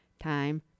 Time